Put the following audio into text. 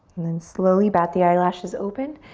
and then slowly bat the eyelashes open.